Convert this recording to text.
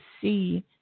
see